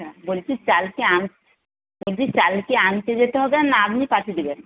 বলছি চাল কি আন বলছি চাল কি আনতে যেতে হবে না আপনি পাঠিয়ে দেবেন